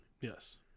Yes